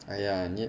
哎呀你